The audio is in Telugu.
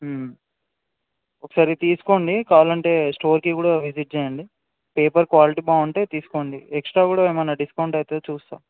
ఒకసారి తీసుకోండి కావాలంటే స్టోర్కి కూడా విజిట్ చేయండి పేపర్ క్వాలిటీ బాగుంటే తీసుకోండి ఎక్స్ట్రా కూడా ఏమైన డిస్కౌంట్ అయితే కూడా చూస్తాను